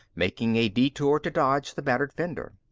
making a detour to dodge the battered fender.